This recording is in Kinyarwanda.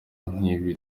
nk’ibi